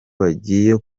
bagiye